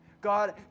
God